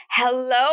Hello